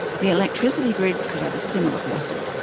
the electricity grid could have a similar booster.